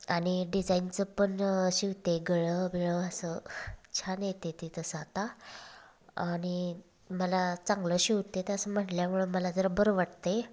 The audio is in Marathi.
आणि डिजाईनचं पण शिवते गळं बीळं असं छान येतेते तसं आता आणि मला चांगलं शिवता येतं म्हटल्यावर मला जरा बरं वाटतं आहे